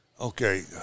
okay